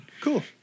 Cool